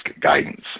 guidance